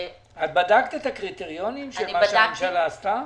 בדקת את הקריטריונים של מה שהממשלה עשתה?